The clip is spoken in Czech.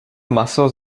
maso